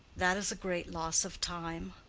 that is a great loss of time.